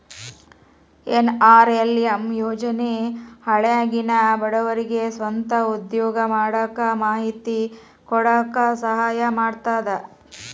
NRLM ಯೋಜನೆ ಹಳ್ಳ್ಯಾಗಿನ ಬಡವರಿಗೆ ಸ್ವಂತ ಉದ್ಯೋಗಾ ಮಾಡಾಕ ಮಾಹಿತಿ ಕೊಡಾಕ ಸಹಾಯಾ ಮಾಡ್ತದ